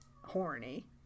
horny